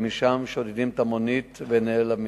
ושם שודדים את המונית ונעלמים.